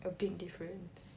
a big difference